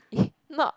it's not